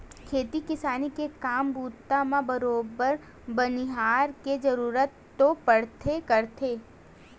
खेती किसानी के काम बूता म बरोबर बनिहार के जरुरत तो पड़बे करथे